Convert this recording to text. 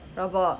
rabak